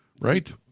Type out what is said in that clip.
Right